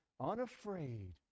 unafraid